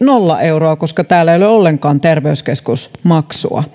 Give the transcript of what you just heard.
nolla euroa koska täällä ei ole ollenkaan terveyskeskusmaksua